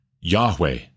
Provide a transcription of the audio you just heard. Yahweh